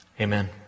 amen